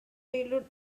railroad